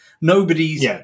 Nobody's